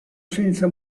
senza